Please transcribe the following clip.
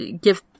give